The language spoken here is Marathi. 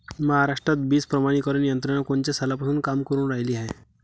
महाराष्ट्रात बीज प्रमानीकरण यंत्रना कोनच्या सालापासून काम करुन रायली हाये?